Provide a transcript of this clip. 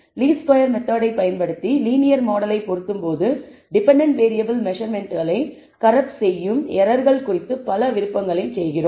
least square மெத்தெட்டை பயன்படுத்தி linear மாடலை பொருத்தும்போது டெபென்டென்ட் வேறியபிள் மெஸர்மென்ட்ஸ்களை கரப்ட் செய்யும் எரர்கள் குறித்து பல விருப்பங்களைச் செய்கிறோம்